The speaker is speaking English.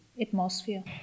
atmosphere